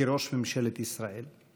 כראש ממשלת ישראל.